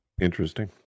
Interesting